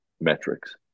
metrics